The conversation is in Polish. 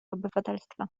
obywatelstwa